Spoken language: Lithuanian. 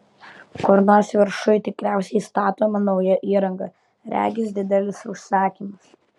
kur nors viršuj tikriausiai statoma nauja įranga regis didelis užsakymas